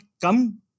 come